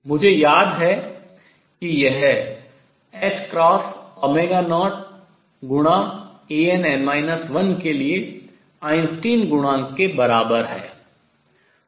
मुझे याद है कि यह 0 गुणा Ann 1 के लिए आइंस्टीन गुणांक के बराबर है